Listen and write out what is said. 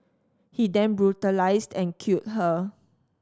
he then brutalised and killed her